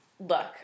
Look